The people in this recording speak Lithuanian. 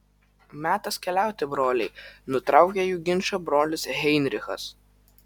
metas keliauti broliai nutraukė jų ginčą brolis heinrichas